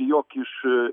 jog iš